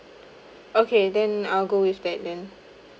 okay then I'll go with that then